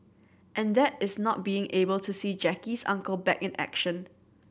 and that is not being able to see Jackie's Uncle back in action